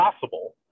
possible